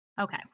Okay